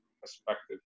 perspective